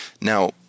Now